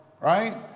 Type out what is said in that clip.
right